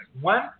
One